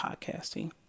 podcasting